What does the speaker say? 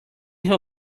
who